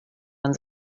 man